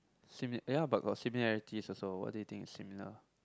simi~ ya but bgot similarities also what do you think is similar